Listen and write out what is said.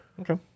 Okay